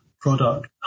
product